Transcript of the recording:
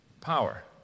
power